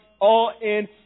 all-in